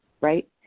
right